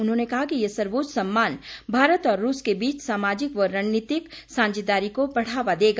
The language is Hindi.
उन्होंने कहा कि ये सर्वोच्च सम्मान भारत और रूस के बीच सामाजिक व रणनीतिक साझेदारी को बढ़ावा देगा